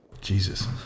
Jesus